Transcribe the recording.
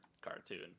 cartoon